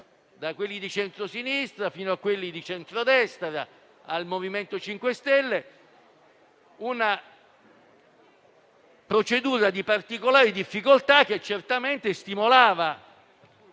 da quelli di centrosinistra fino a quelli di centrodestra, al MoVimento 5 Stelle) una procedura particolarmente difficile, che certamente stimolava